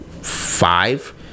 five